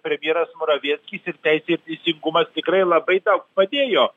premjeras moravieckis ir teisė ir teisingumas tikrai labai daug padėjo